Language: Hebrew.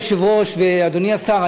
אדוני היושב-ראש ואדוני השר,